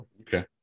Okay